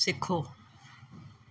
सिखो